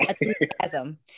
enthusiasm